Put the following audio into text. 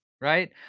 right